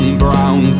brown